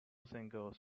singles